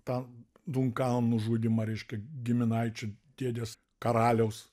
tą dunkano nužudymą reiškia giminaičio dėdės karaliaus